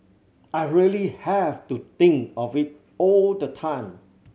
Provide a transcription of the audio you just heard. I really have to think of it all the time